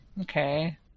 Okay